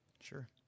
sure